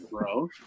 bro